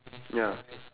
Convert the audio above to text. ya